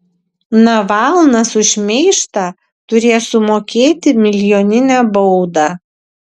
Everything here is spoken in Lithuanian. navalnas už šmeižtą turės sumokėti milijoninę baudą